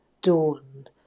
Dawn